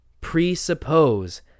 presuppose